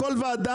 בכל ועדה,